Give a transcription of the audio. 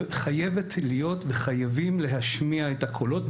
חייבים להשמיע את הקולות,